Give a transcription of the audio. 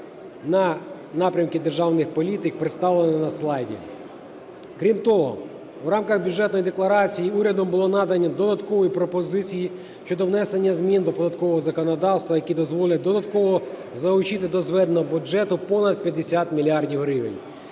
на напрямки державної політики, представлений на слайді. Крім того, в рамках Бюджетної декларації урядом були надані додаткові пропозиції щодо внесення змін до податкового законодавства, які дозволять додатково залучити до зведеного бюджету понад 50 мільярдів